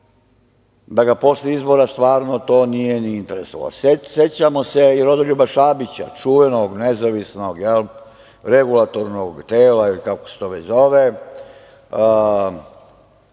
da ga posle izbora stvarno nije ni interesovalo.Sećamo se Rodoljuba Šabića, čuvenog, nezavisnog, regulatornog tela, ili kako se to već zove,